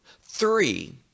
three